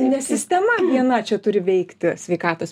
ne sistema viena čia turi veikti sveikatos